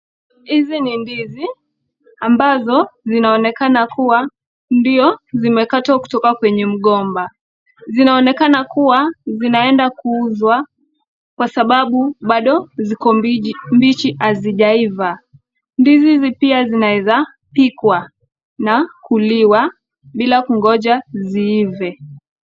Hizi ni ndizi ambazo zinaonekana kuwa ndio zimekatwa kkutoka mgomba. Zinaonekana kuwa zinaenda kuuzwa kwa sababu bado ziko mbichi hazijaiva. Ndizi hizi pia zinaweza pigwa na kuliwa bila kungoja ziive.